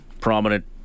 prominent